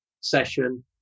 session